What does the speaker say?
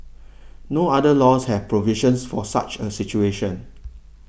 no other laws have provisions for such a situation